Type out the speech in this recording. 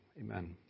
Amen